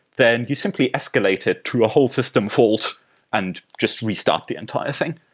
then you simply escalated through a whole system fault and just restart the entire thing.